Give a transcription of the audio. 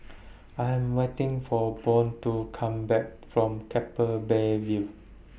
I Am waiting For Bode to Come Back from Keppel Bay View